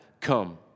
come